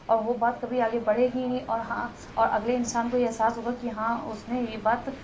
اور وہ بات کبھی آگے بڑھے گی ہی نہیں اور ہاں اور اگلے انسان کو یہ احساس ہوگا کہ ہاں اُس نے یہ بات